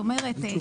זאת אומרת,